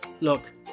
Look